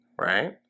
right